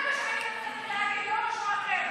זה מה, להגיד, לא משהו אחר.